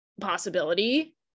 possibility